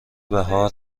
بهار